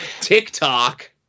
TikTok